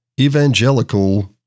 evangelical